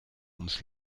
ums